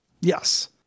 Yes